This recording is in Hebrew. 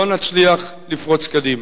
לא נצליח לפרוץ קדימה.